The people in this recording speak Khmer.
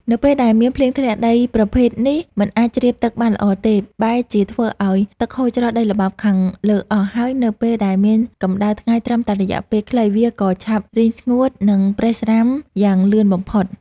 នៅពេលដែលមានភ្លៀងធ្លាក់ ដីប្រភេទនេះមិនអាចជ្រាបទឹកបានល្អទេ បែរជាធ្វើឱ្យទឹកហូរច្រោះដីល្បាប់ខាងលើអស់ ហើយនៅពេលដែលមានកម្ដៅថ្ងៃត្រឹមតែរយៈពេលខ្លី វាក៏ឆាប់រីងស្ងួត និងប្រេះស្រាំយ៉ាងលឿនបំផុត។